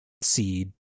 seed